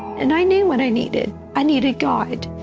and i knew what i needed. i needed god.